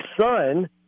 son